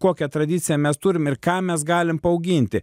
kokią tradiciją mes turim ir ką mes galim paauginti